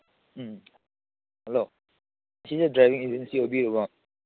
ꯎꯝ hello ꯁꯤꯁꯦ driving agency ꯑꯣꯏꯕꯤꯔꯕꯣ